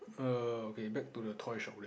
err okay back to the toy shop there